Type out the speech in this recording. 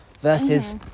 versus